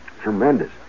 Tremendous